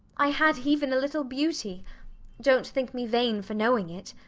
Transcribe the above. i had even a little beauty dont think me vain for knowing it.